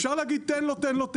אפשר להגיד תן לו תן לו,